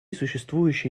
существующие